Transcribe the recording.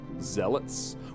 Zealots